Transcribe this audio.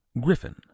Griffin